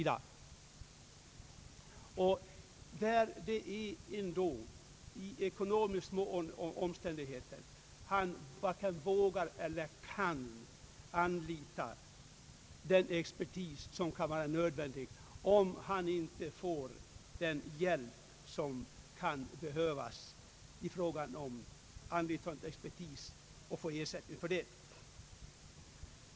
Den som befinner sig i ekonomiskt små omständigheter varken vågar eller kan anlita den expertis som kan vara nödvändig, om han inte får hjälp med anlitande av denna expertis och ersättning härför.